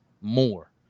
more